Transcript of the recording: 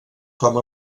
com